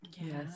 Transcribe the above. yes